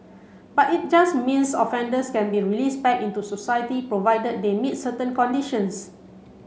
but it just means offenders can be released back into society provided they meet certain conditions